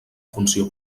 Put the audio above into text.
funció